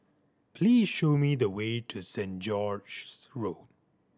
please show me the way to Saint George's Road